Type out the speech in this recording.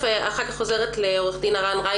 אחר כך אני אחזור לעורך הדין רייכמן.